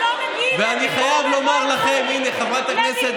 אני חייב להגיד: ישראל ממשיכה להפתיע אותי